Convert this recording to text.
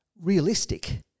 realistic